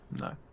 no